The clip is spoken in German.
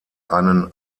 einen